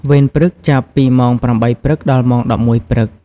វេនព្រឹក ចាប់ពីម៉ោង ៨ ព្រឹក ដល់ម៉ោង ១១ ព្រឹក។